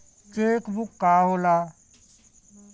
Check book का होला?